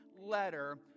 letter